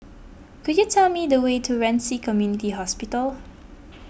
could you tell me the way to Ren Ci Community Hospital